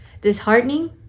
disheartening